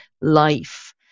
life